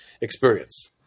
experience